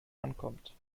ankommt